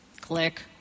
click